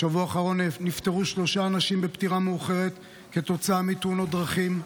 בשבוע האחרון נפטרו שלושה אנשים פטירה מאוחרת כתוצאה מתאונות דרכים.